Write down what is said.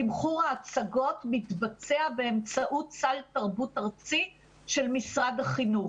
תמחור ההצגות מתבצע באמצעות סל תרבות ארצי של משרד החינוך.